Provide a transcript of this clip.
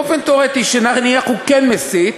באופן תיאורטי, נניח, שהוא כן מסית,